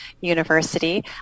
university